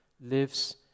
lives